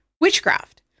witchcraft